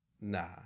nah